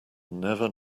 never